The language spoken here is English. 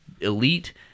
Elite